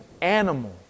animal